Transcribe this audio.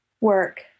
work